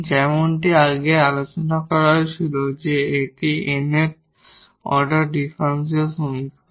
যেমনটি আগে আলোচনা করা হয়েছিল যে এটি nth অর্ডার ডিফারেনশিয়াল সমীকরণ